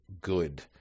good